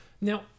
Now